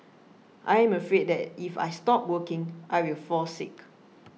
I am afraid that if I stop working I will fall sick